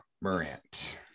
Morant